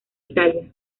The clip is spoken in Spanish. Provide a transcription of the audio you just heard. italia